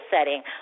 setting